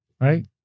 Right